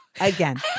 again